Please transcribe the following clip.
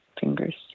fingers